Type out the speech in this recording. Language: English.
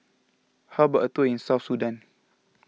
how about a tour in South Sudan